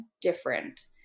different